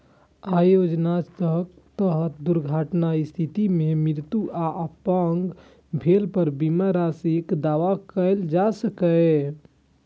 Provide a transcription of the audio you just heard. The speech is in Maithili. अय योजनाक तहत दुर्घटनाक स्थिति मे मृत्यु आ अपंग भेला पर बीमा राशिक दावा कैल जा सकैए